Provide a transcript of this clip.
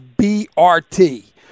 brt